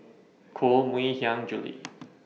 Koh Mui Hiang Julie